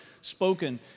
spoken